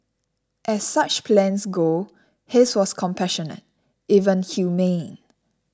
as such plans go his was compassionate even humane